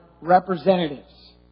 representatives